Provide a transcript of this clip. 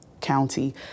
County